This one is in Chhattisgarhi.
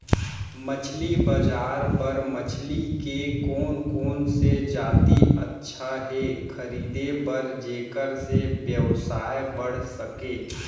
मछली बजार बर मछली के कोन कोन से जाति अच्छा हे खरीदे बर जेकर से व्यवसाय बढ़ सके?